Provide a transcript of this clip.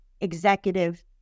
executive